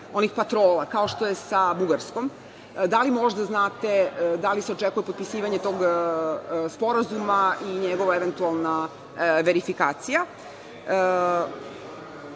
onih patrola, kao što je sa Bugarsko. Da li možda znate da li se očekuje potpisivanje tog sporazuma i njegova eventualna verifikacija.